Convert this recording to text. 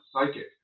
Psychic